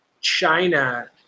China